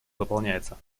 выполняется